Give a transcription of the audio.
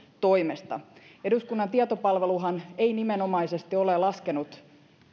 toimesta eduskunnan tietopalveluhan ei nimenomaisesti ole laskenut